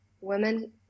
women